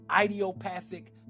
idiopathic